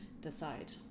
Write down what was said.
decide